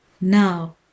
now